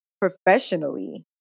Professionally